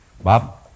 Bob